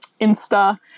Insta